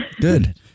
Good